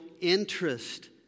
interest